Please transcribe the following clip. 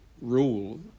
rule